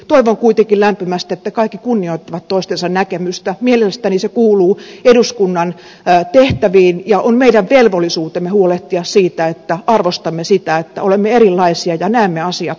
toivon kuitenkin lämpimästi että kaikki kunnioittavat toistensa näkemystä mielestäni se kuuluu eduskunnan tehtäviin ja on meidän velvollisuutemme huolehtia siitä että arvostamme sitä että olemme erilaisia ja näemme asiat eri tavoin